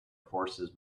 forces